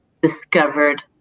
discovered